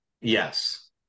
Yes